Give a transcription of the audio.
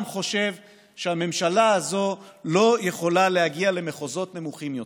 חושב שהממשלה הזאת לא יכולה להגיע למחוזות נמוכים יותר,